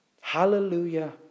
Hallelujah